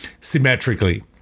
symmetrically